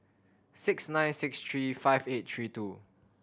six nine six three five eight three two